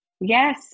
Yes